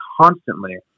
constantly